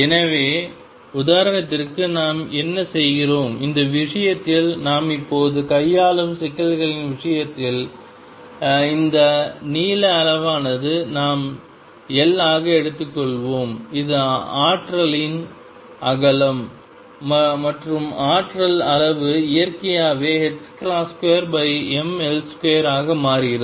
எனவே உதாரணத்திற்கு நாம் என்ன செய்கிறோம் இந்த விஷயத்தில் நாம் இப்போது கையாளும் சிக்கல்களின் விஷயத்தில் அந்த நீள அளவானது நாம் L ஆக எடுத்துக்கொள்வோம் இது ஆற்றலின் அகலம் மற்றும் ஆற்றல் அளவு இயற்கையாகவே 2mL2 ஆக மாறுகிறது